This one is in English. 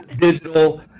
digital